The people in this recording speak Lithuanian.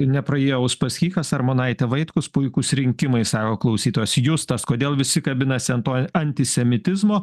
nepraėjo uspaskichas armonaitė vaitkus puikūs rinkimai sako klausytojas justas kodėl visi kabinasi ant to antisemitizmo